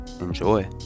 Enjoy